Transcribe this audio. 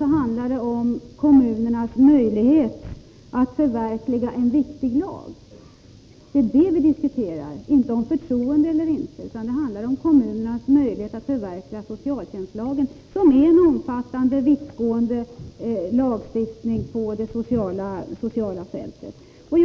den handlar om kommunernas möjlighet att förverkliga den viktiga socialtjänstlagen, vilken innebär en omfattande och vittgående lagstiftning på det sociala området — det är det vi diskuterar.